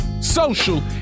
social